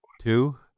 Two